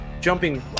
jumping